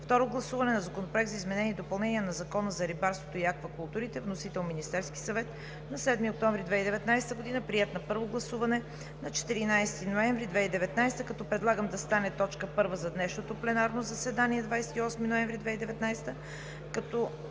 Второ гласуване на Законопроекта за изменение и допълнение на Закона за рибарството и аквакултурите. Вносител е Министерският съвет на 7 октомври 2019 г., приет на първо гласуване на 14 ноември 2019 г., като предлагам да стане точка първа за днешното пленарно заседание, 28 ноември 2019